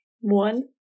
one